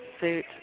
suit